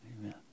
Amen